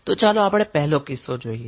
તો ચાલો આપણે પહેલો કિસ્સો જોઈએ